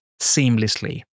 seamlessly